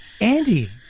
Andy